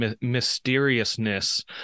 mysteriousness